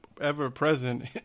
ever-present